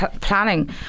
planning